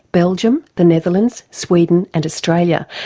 belgium, the netherlands, sweden and australia,